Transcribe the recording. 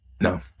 No